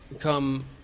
come